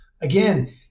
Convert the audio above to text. again